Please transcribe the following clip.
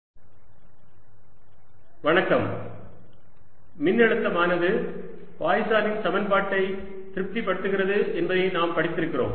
Laplace மற்றும் Poisson சமன்பாடுகளின் தீர்வின் தனித்துவம் மின்னழுத்தமானது பாய்சனின் சமன்பாட்டை திருப்திப்படுத்துகிறது என்பதை நாம் படித்திருக்கிறோம்